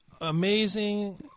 amazing